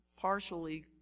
partially